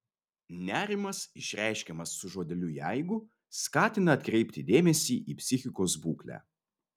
nerimas išreiškiamas su žodeliu jeigu skatina atkreipti dėmesį į psichikos būklę